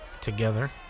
together